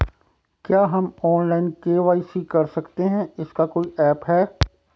क्या हम online KYC कर सकते हैं इसका कोई ऐप है?